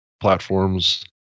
platforms